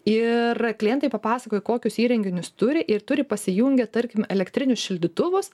ir klientai papasakoja kokius įrenginius turi ir turi pasijungę tarkim elektrinius šildytuvus